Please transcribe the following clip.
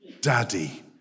Daddy